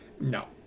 No